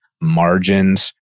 margins